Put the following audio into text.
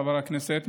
חבר הכנסת,